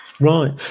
Right